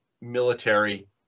military